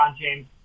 James